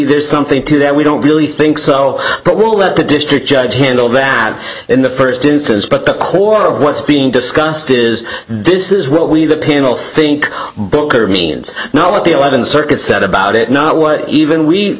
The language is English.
there's something to that we don't really think so but we'll let the district judge handle that in the first instance but the core of what's being discussed is this is what we the panel think booker means now at the eleventh circuit said about it not what even we